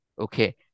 okay